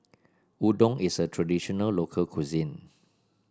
udon is a traditional local cuisine